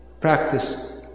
practice